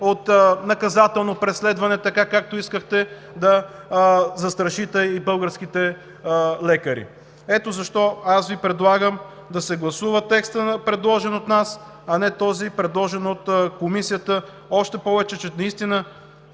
от наказателно преследване – така, както искахте да застрашите и българските лекари. Ето защо аз Ви предлагам да се гласува текстът, предложен от нас, а не този, предложен от Комисията, още повече че Комисията